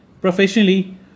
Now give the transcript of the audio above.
professionally